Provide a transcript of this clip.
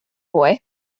boy